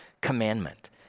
commandment